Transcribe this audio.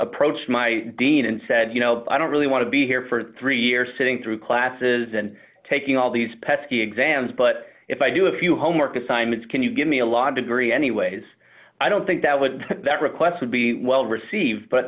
approached my dean and said you know i don't really want to be here for three years sitting through classes and taking all these pesky exams but if i do a few homework assignments can you give me a law degree anyways i don't think that would that request would be well received but